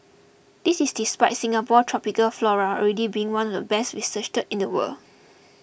this is despite Singapore tropical flora already being one of the best researched in the world